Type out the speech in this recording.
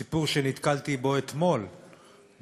סיפור שנתקלתי בו אתמול ברמת-גן,